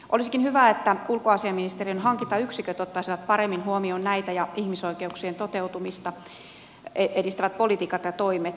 olisikin hyvä että ulkoasiainministeriön hankintayksiköt ottaisivat paremmin huomioon näitä ja ihmisoikeuksien toteutumista edistävät politiikat ja toimet